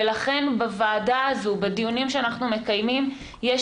ולכן בוועדה הזו בדיונים שאנחנו מקיימים יש